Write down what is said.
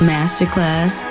Masterclass